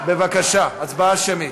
בבקשה, הצבעה שמית.